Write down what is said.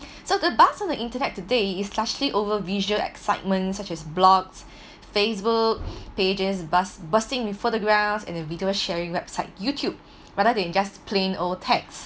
so the burst of the internet today is largely over visual excitements such as blogs Facebook pages burst bursting with photographs and a video sharing website YouTube rather than just plain old text